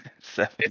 seven